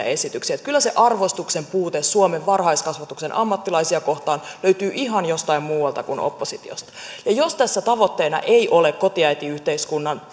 esityksiä kyllä se arvostuksen puute suomen varhaiskasvatuksen ammattilaisia kohtaan löytyy jostain ihan muualta kuin oppositiosta ja jos tässä tavoitteena ei ole kotiäitiyhteiskunnan